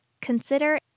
consider